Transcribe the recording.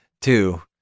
two